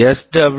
W